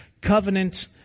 covenant